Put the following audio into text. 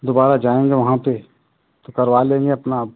दोबारा जाएँगे वहाँ पर तो करवा लेंगे अपना